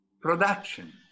production